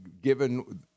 Given